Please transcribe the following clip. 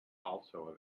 also